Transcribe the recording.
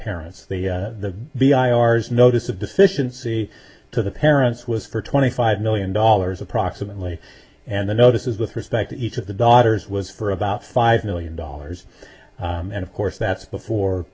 parents the the the i r s notice of deficiency to the parents was for twenty five million dollars approximately and the notices with respect to each of the daughters was for about five million dollars and of course that's before